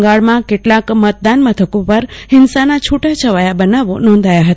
બંગાળમાં કેટલાક મતદાન મથકો પર ફિંસાના છુટા છવાયા બનાવો નોધાયા છે